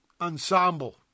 Ensemble